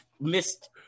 missed